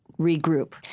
regroup